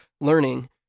learning